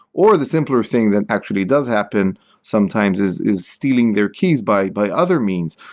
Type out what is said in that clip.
or the simpler thing that actually does happen sometimes is is stealing their keys by by other means.